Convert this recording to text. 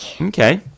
Okay